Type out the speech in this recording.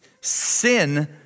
Sin